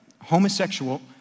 Homosexual